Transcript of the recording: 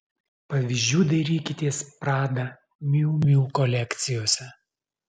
pavyzdžių dairykitės prada miu miu kolekcijose